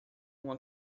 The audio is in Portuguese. uma